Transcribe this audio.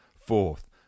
fourth